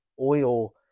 oil